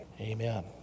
Amen